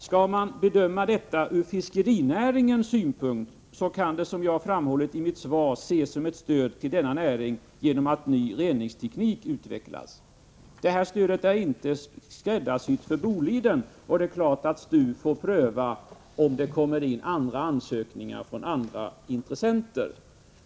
Skall man bedöma det ur fiskerinäringssynpunkt kan det, som jag framhållit i mitt svar, ses som ett stöd till denna näring genom att ny reningsteknik utvecklas. Stödet är inte skräddarsytt för Boliden. Det är klart att STU får pröva de ansökningar som kan komma in från andra intressenter.